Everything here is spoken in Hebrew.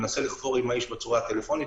מנסה לחבור עם האיש בצורה טלפונית,